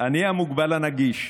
אני המוגבל הנגיש.